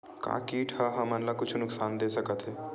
का कीट ह हमन ला कुछु नुकसान दे सकत हे?